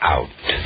Out